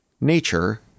Nature